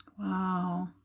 Wow